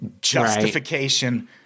justification